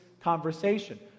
conversation